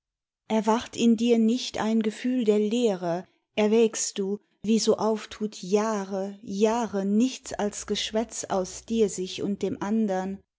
erwacht in dir nicht ein gefühl der leere erwägst du wie so auftut jahre jahre nichts als geschwätz aus dir sich und dem andern